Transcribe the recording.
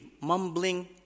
mumbling